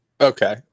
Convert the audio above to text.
Okay